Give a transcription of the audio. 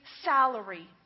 salary